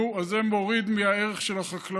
נו, אז זה מוריד מהערך של החקלאות?